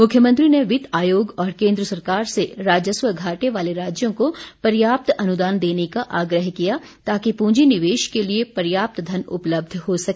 मुख्यमंत्री ने वित्त आयोग और केन्द्र सरकार से राजस्व घाटे वाले राज्यों को पर्याप्त अनुदान देने का आग्रह किया ताकि पूंजी निवेश के लिए पर्याप्त धन उपलब्ध हो सके